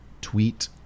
tweet